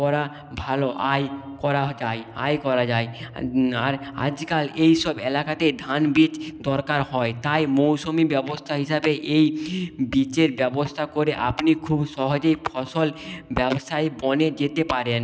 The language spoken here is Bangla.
করা ভালো আয় করা যায় আয় করা যায় আর আজকাল এই সব এলাকাতে ধান বীচ দরকার হয় তাই মৌসুমি ব্যবস্থা হিসাবে এই বীচের ব্যবস্থা করে আপনি খুব সহজেই ফসল ব্যবসায়ী বনে যেতে পারেন